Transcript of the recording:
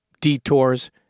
detours